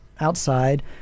outside